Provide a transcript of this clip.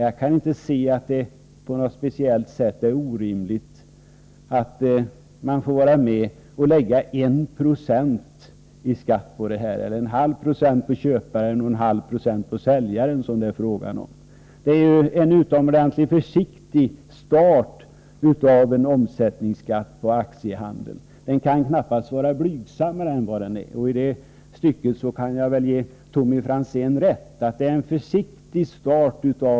Jag kan inte finna att det på något sätt skulle vara orimligt att låta köpare och säljare vardera bidra med 0,5 90 i skatt. Det är i stället en utomordentligt försiktig start. Omsättningsskatten på aktiehandeln kan knappast vara blygsammare. I detta avseende är jag överens med Tommy Franzén.